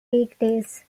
weekdays